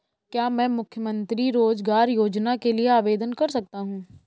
क्या मैं मुख्यमंत्री रोज़गार योजना के लिए आवेदन कर सकता हूँ?